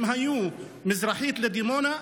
הם היו מזרחית לדימונה,